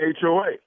HOA